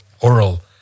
oral